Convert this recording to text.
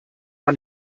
war